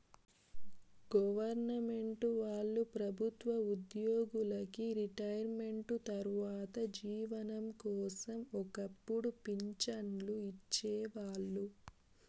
government వాళ్ళు ప్రభుత్వ ఉద్యోగులకి రిటైర్మెంటు తర్వాత జీవనం కోసం ఒక్కపుడు పింఛన్లు ఇచ్చేవాళ్ళు